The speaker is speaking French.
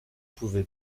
pouvait